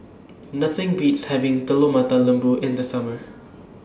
Nothing Beats having Telur Mata Lembu in The Summer